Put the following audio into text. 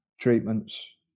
treatments